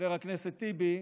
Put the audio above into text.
חבר הכנסת טיבי,